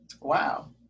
Wow